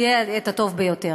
יהיה הטוב ביותר.